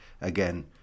again